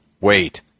wait